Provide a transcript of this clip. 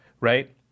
Right